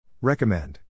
Recommend